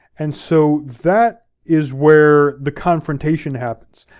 and so that is where the confrontation happens.